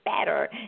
better